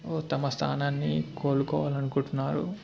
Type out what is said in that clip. తమ స్థానాన్ని కోలుకోవాలనుకుంటున్నారు